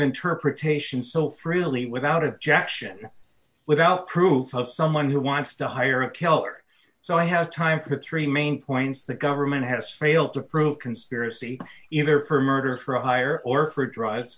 interpretations so freely without objection without proof of someone who wants to hire a killer so i have time for three main points the government has failed to prove conspiracy either for murder for hire or for drugs